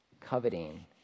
coveting